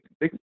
big